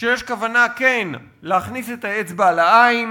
שיש כוונה כן להכניס את האצבע לעין,